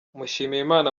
mushimiyimana